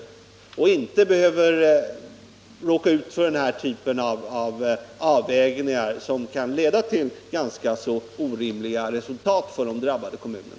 Då skulle man inte behöva råka ut för den här typen av avvägningar, som kan leda till ganska orimliga resultat för de drabbade kommunerna.